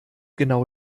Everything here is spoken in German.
genau